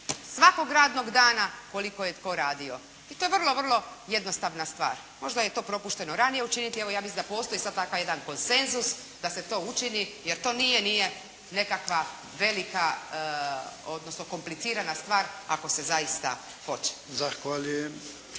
svakog radnog dana koliko je tko radio i to je vrlo vrlo jednostavna stvar. Možda je to propušteno ranije učiniti, evo ja mislim da postoji sada takav jedan konsenzus da se to učini jer to nije nekakva velika odnosno komplicirana stvar ako se zaista hoće.